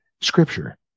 Scripture